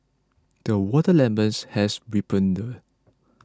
the watermelons has ripened